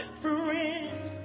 friend